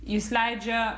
jis leidžia